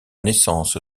naissance